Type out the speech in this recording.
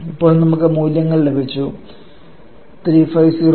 ഇപ്പോൾ നമുക്ക് ഈ മൂല്യങ്ങൾ ലഭിച്ചു 6394 − 4650 − 8